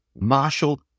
Marshall